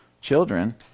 children